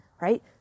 Right